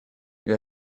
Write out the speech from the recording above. you